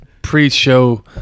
pre-show